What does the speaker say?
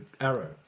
Arrow